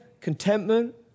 contentment